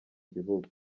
gihugu